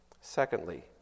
Secondly